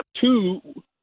Two